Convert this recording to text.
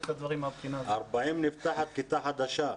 כשיש 40, נפתחת כיתה חדשה.